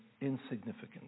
insignificant